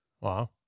Wow